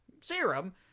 serum